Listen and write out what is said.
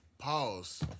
Pause